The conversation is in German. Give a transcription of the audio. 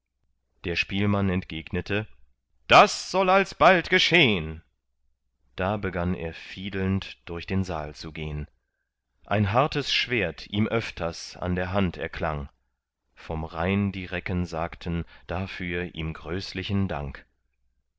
der spielmann entgegnete das soll alsbald geschehn dann begann er fiedelnd durch den saal zu gehn ein hartes schwert ihm öfters an der hand erklang vom rhein die recken sagten dafür ihm größlichen dank